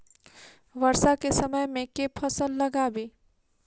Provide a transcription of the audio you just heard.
वर्षा केँ समय मे केँ फसल लगाबी?